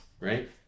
right